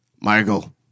Michael